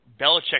Belichick